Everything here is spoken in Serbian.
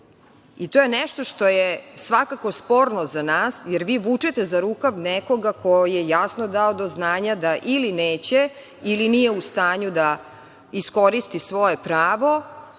je nešto što je svakako sporno za nas, jer vi vučete za rukav nekoga ko je jasno dao do znanja da ili neće ili nije u stanju da iskoristi svoje pravo,